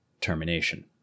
termination